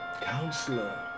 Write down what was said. counselor